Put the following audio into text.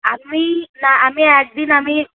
না আমি একদিন আমি